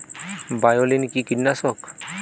বায়োলিন কি কীটনাশক?